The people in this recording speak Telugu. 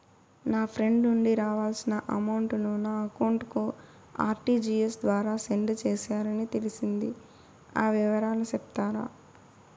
నా ఫ్రెండ్ నుండి రావాల్సిన అమౌంట్ ను నా అకౌంట్ కు ఆర్టిజియస్ ద్వారా సెండ్ చేశారు అని తెలిసింది, ఆ వివరాలు సెప్తారా?